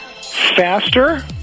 Faster